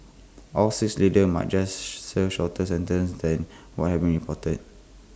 all six leaders might just serve shorter sentences than what has been reported